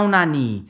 Nani